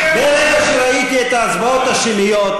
תקיים אותה, אדוני.